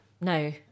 No